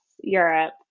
Europe